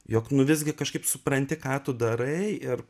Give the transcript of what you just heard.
jog nu visgi kažkaip supranti ką tu darai ir